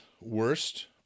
worst